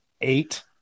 eight